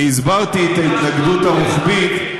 אני הסברתי את ההתנגדות הרוחבית,